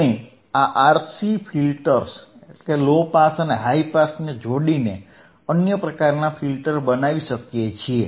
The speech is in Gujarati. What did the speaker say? આપણે આ RC ફિલ્ટર્સ લો પાસ અને હાઇ પાસ ને જોડીને અન્ય પ્રકારના ફિલ્ટર્સ બનાવી શકીએ છીએ